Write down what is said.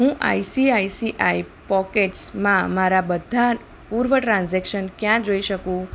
હું આઈસીઆઈસીઆઈ પોકેટ્સમાં મારા બધાં પૂર્વ ટ્રાન્ઝેક્શન ક્યાં જોઈ શકું